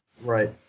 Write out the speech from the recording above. Right